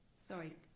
Sorry